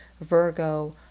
Virgo